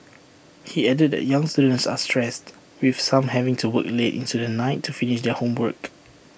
he added that young students are stressed with some having to work late into the night to finish their homework